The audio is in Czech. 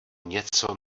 něco